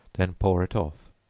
then pour it off,